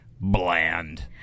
bland